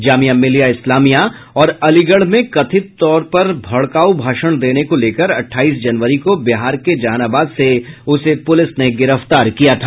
जामिया मिल्लिया इस्लामिया और अलीगढ़ में कथित तौर पर भड़काऊ भाषण देने को लेकर अठाईस जनवरी को बिहार के जहानाबाद से उसे पुलिस ने गिरफ्तार किया था